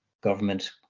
government